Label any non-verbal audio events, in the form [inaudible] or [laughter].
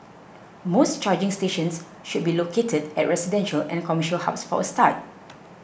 more [noise] charging stations should be located at residential and a commercial hubs for a start